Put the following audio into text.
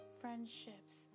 friendships